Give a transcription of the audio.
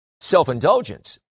self-indulgence